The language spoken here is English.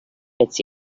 fits